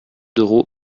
d’euros